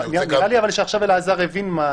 נראה לי שעכשיו אלעזר הבין.